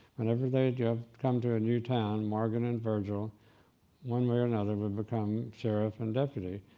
whenever they come to a new town, morgan and virgil one way or another would become sheriff and deputy,